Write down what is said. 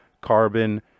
carbon